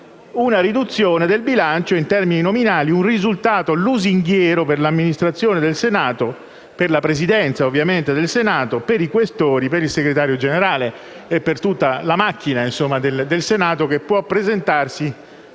una riduzione del bilancio in termini nominali: un risultato lusinghiero per l'Amministrazione del Senato, ovviamente per la Presidenza del Senato, per i senatori Questori, per il Segretario Generale e per tutta la macchina del Senato che può presentarsi